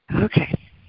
Okay